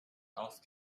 golf